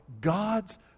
God's